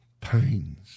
Pains